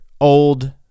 old